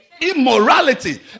Immorality